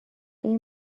این